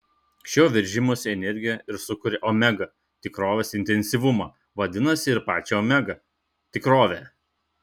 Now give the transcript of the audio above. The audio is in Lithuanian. šio veržimosi energija ir sukuria omega tikrovės intensyvumą vadinasi ir pačią omega tikrovę